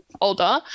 older